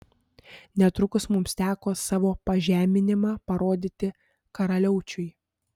netrukus mums teko savo pažeminimą parodyti karaliaučiui